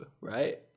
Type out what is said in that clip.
right